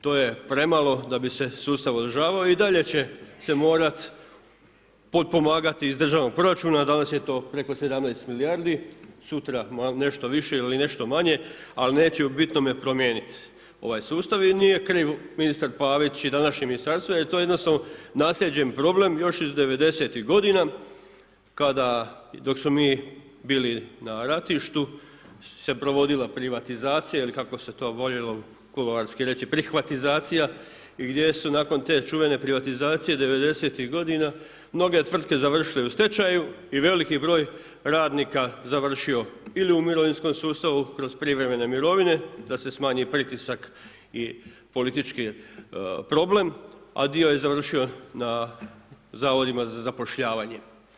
To je premalo da bi se sustav održavao i dalje će se morat potpomagat iz državnog proračuna danas je to preko 17 milijardi, sutra nešto više ili nešto manje, ali neće u bitnome promijeniti ovaj sustav i nije kriv ministar Pavić i današnje Ministarstvo jer to je jednostavno naslijeđen problem još iz 90-tih godina kada, dok smo mi bili na ratištu, se provodila privatizacija ili kako se to voljelo reći kuloarski prihvatizacija i gdje su nakon te čuvene privatizacije 90-tih godina mnoge tvrtke završile u stečaju i veli broj radnika završio ili u mirovinskom sustavu kroz privremene mirovine da se smanji pritisak i politički problem, a dio je završio na Zavodima za zapošljavanje.